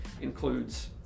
includes